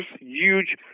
Huge